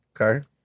Okay